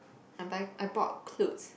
I buy I bought clothes